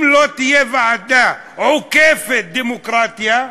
אם לא תהיה ועדה עוקפת דמוקרטיה,